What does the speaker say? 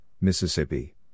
Mississippi